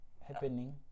happening